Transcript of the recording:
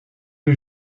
les